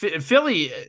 Philly